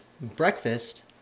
breakfast